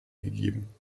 gegeben